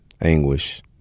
anguish